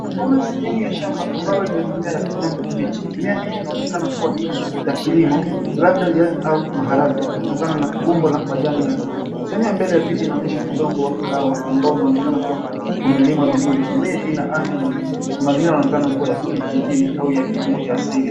Napaona sehemu ya shamba ambalo lina mimea ya kijani kibichi, mimea hii inaonekana kuwa ni ya kilimo au labda viazi au maharagwe kutokana na umbo la majani yake. Sehemu ya mbele ya picha inaonyesha udongo wa kahawa ambao unaonekana kuwa umelimwa vizuri, mimea ina afya nzuri na mazingira yanaonekana kuwa ya kijijini au ya kilimo cha asili.